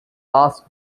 last